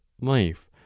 life